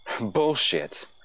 Bullshit